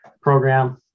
program